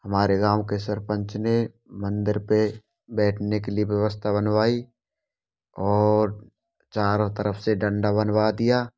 हमारे गाँव के सरपंच ने मंदिर पर बैठने के लिए व्यवस्था बनवाई और चारों तरफ से डंडा बनवा दिया